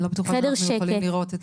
אני לא בטוחה שאנחנו יכולים לראות.